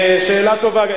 שאלה טובה.